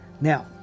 Now